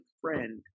friend